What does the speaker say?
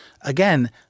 again